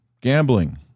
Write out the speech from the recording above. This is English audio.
gambling